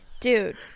dude